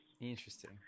Interesting